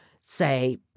say